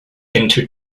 into